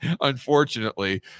unfortunately